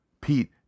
Pete